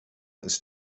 ist